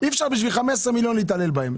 אי אפשר בשביל 15 מיליון להתעלל בהם.